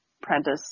Prentice